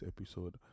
episode